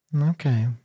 Okay